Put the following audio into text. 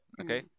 okay